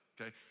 okay